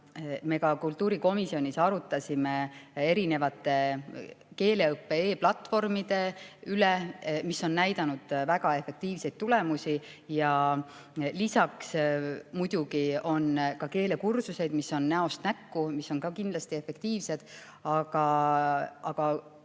Me ka kultuurikomisjonis oleme arutanud erinevate keeleõppe e‑platvormide üle, mis on näidanud väga efektiivseid tulemusi. Lisaks muidugi on keelekursused, mis toimuvad näost näkku ja mis on ka kindlasti efektiivsed. Aga